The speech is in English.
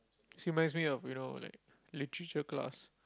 so reminds me of like you know literature class